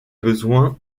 besoins